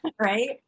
Right